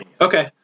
Okay